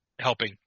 helping